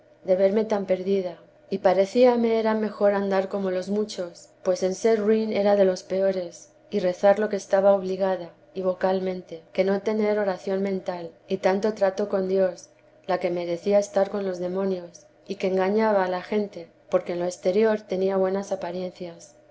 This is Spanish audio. de verme tan perdida y parecíame era mejor andar como los muchos pues en ser ruin era de los peores y rezsr lo que estaba obligada y vocalmente que no tener oración mental y tanto trato con dios la que merecía estar con los demonios y que engañaba a la gente porque en lo exterior tenía buenas apariencias